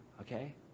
okay